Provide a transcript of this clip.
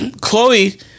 Chloe